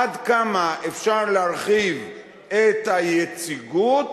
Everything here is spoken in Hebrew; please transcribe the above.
עד כמה אפשר להרחיב את היציגות